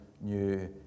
new